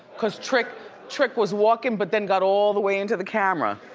cause trick trick was walkin but then got all the way into the camera.